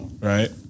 right